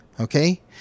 Okay